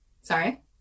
Sorry